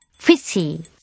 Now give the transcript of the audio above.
Fishy